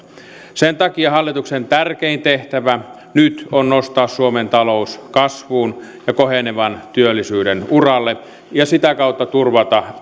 sen takia hallituksen tärkein tehtävä nyt on nostaa suomen talous kasvuun ja kohenevan työllisyyden uralle ja sitä kautta turvata